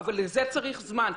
אבל לזה צריך זמן.